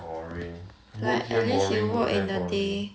boring work here boring work there boring